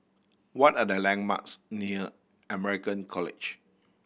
what are the landmarks near American College